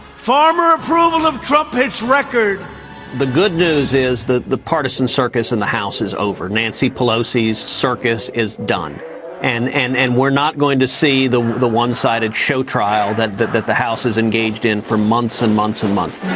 farmer approval of trump hits record the good news is the the partisan circus in the house is over. nancy pelosi's circus is done and and and we're not going to see the the one sided show trial that that the house is engaged in for months and months and months